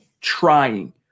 trying